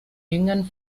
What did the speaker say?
jüngern